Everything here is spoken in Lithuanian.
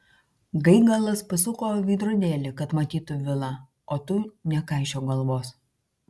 gaigalas pasuko veidrodėlį kad matytų vilą o tu nekaišiok galvos